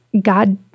God